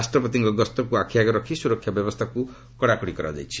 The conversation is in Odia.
ରାଷ୍ଟ୍ରପତିଙ୍କ ଗସ୍ତକୁ ଆଖିଆଗରେ ରଖି ସୁରକ୍ଷା ବ୍ୟବସ୍ଥା କଡାକଡି କରାଯାଇଛି